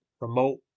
remote